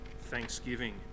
thanksgiving